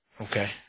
Okay